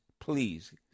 please